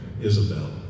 Isabel